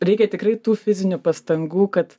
reikia tikrai tų fizinių pastangų kad